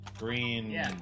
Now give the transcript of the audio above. Green